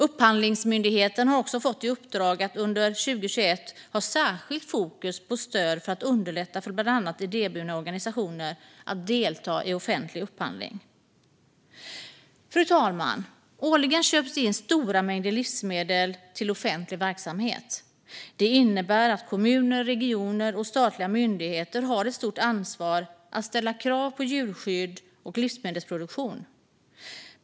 Upphandlingsmyndigheten har också fått i uppdrag att under 2021 ha särskilt fokus på stöd för att underlätta för bland annat idéburna organisationer att delta i offentlig upphandling. Fru talman! Årligen köps det in stora mängder livsmedel till offentlig verksamhet. Det innebär att kommuner, regioner och statliga myndigheter har ett stort ansvar att ställa krav på djurskydd och livsmedelsproduktion.